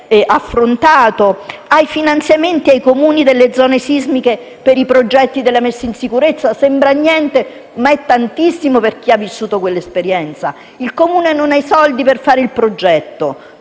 ai finanziamenti ai Comuni delle zone sismiche per i progetti della messa in sicurezza. Sembra niente, ma è tantissimo per chi ha vissuto quell'esperienza. Il Comune non ha i soldi per fare il progetto